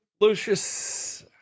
Lucius